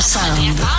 Sound